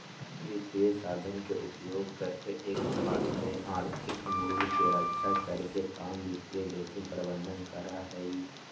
वित्तीय साधन के उपयोग करके एक फर्म में आर्थिक मूल्य के रक्षा करे के काम वित्तीय जोखिम प्रबंधन करा हई